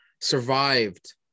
survived